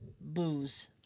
booze